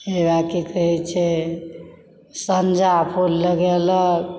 हे वएह की कहय छै सँझा फूल लगेलक